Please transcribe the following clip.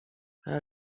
how